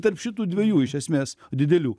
tarp šitų dviejų iš esmės didelių